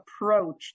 approach